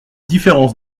différence